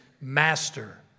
master